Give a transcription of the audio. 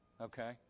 Okay